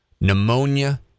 Pneumonia